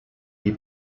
die